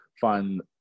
find